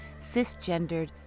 cisgendered